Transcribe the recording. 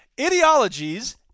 Ideologies